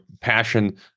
passion